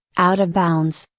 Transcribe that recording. out of bounds,